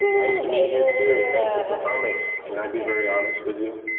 nice to meet you, too, thank you for coming. can i be very honest with you?